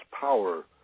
power